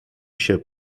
się